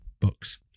books